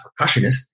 percussionist